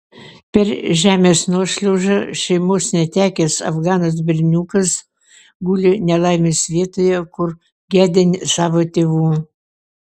per žemės nuošliaužą šeimos netekęs afganas berniukas guli nelaimės vietoje kur gedi savo tėvų